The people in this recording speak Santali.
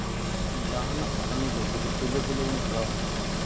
ᱡᱟᱦᱟᱱᱟᱜ ᱠᱟᱹᱢᱤᱜᱮ ᱡᱩᱫᱤ ᱯᱳᱭᱞᱳ ᱯᱳᱭᱞᱳ ᱵᱚᱱ ᱠᱚᱨᱟᱣᱟ